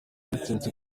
biturutse